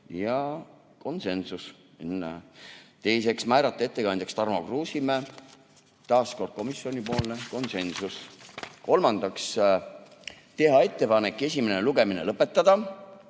– konsensus. Teiseks, määrata ettekandjaks Tarmo Kruusimäe – taaskord komisjonipoolne konsensus. Kolmandaks, teha ettepanek esimene lugemine lõpetada,